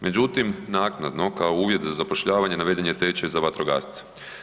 Međutim, naknadno, kao uvjet za zapošljavanje, naveden je tečaj za vatrogasca.